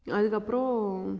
அதற்கப்றோம்